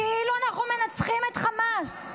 כאילו אנחנו מנצחים את חמאס.